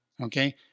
okay